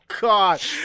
God